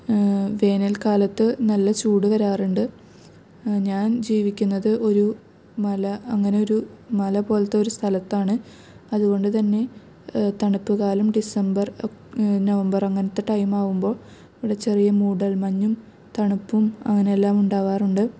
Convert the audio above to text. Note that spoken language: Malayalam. വേനല്ക്കാലത്ത് നല്ല ചൂട് വരാറുണ്ട് ഞാന് ജീവിക്കുന്നത് ഒര് മല അങ്ങനെയൊരു മലപോലത്തൊരു സ്ഥലത്താണ് അതുകൊണ്ട്തന്നെ തണുപ്പ് കാലം ഡിസംബര് ഒ നവംബര് അങ്ങനെത്തെ ടൈം ആകുമ്പോൾ ഒരു ചെറിയ മൂടല്മഞ്ഞും തണുപ്പും അങ്ങനെയെല്ലാമുണ്ടാവാറുണ്ട്